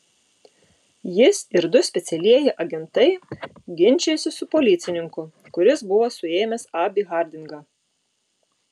jis ir du specialieji agentai ginčijosi su policininku kuris buvo suėmęs abį hardingą